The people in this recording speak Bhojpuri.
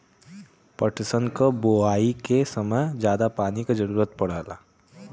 पटसन क बोआई के समय जादा पानी क जरूरत पड़ेला